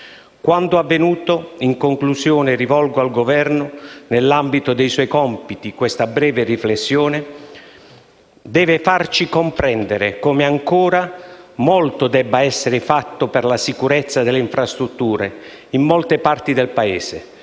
Quanto avvenuto - in conclusione, rivolgo al Governo, nell'ambito dei suoi compiti, questa breve riflessione - deve farci comprendere come ancora molto debba essere fatto per la sicurezza delle infrastrutture in molte parti del Paese,